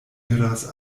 iras